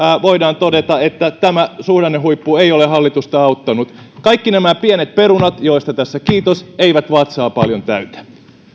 voidaan todeta että tämä suhdannehuippu ei ole hallitusta auttanut kaikki nämä pienet perunat joista tässä kiitos eivät vatsaa paljon täytä